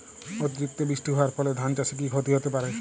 অতিরিক্ত বৃষ্টি হওয়ার ফলে ধান চাষে কি ক্ষতি হতে পারে?